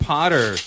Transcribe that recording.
Potter